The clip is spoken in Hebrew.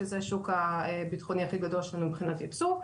שזה השוק הבטחוני הכי גדול שלנו מבחינת ייצוא,